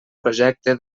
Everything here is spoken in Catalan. projecte